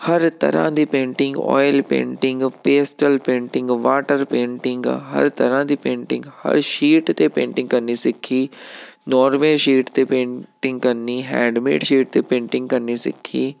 ਹਰ ਤਰ੍ਹਾਂ ਦੀ painting oil painting pastel painting water painting ਹਰ ਤਰ੍ਹਾਂ ਦੀ ਪੇਂਟਿੰਗ ਹਰ ਸ਼ੀਟ 'ਤੇ ਪੇਂਟਿੰਗ ਕਰਨੀ ਸਿੱਖੀ ਨੋਰਵੇ ਸ਼ੀਟ 'ਤੇ ਪੇਂਟਿੰਗ ਕਰਨੀ ਹੈਂਡਮੇਡ ਸ਼ੀਟ 'ਤੇ ਪੇਂਟਿੰਗ ਕਰਨੀ ਸਿੱਖੀ